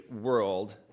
world